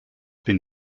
been